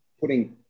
putting